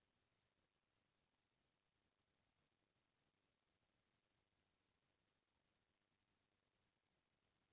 लद्दाख फसल तिहार म लद्दाख के कला, संस्कृति, नाच गाना, हात ले बनाए कलाकारी देखे बर मिलथे